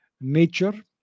nature